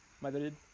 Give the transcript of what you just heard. Madrid